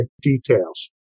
details